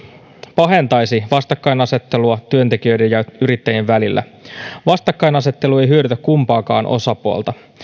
pahentaisi vastakkainasettelua työntekijöiden ja yrittäjien välillä vastakkainasettelu ei hyödytä kumpaakaan osapuolta